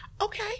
Okay